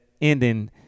ending